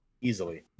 easily